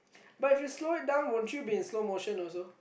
but if slow it down won't you be in slow motion also